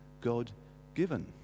God-given